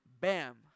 Bam